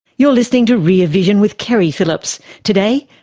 you're listening to rear vision with keri phillips. today,